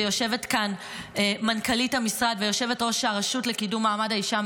יושבת כאן מנכ"לית המשרד ויושבת-ראש הרשות לקידום מעמד האישה,